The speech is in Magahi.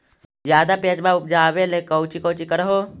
ज्यादा प्यजबा उपजाबे ले कौची कौची कर हो?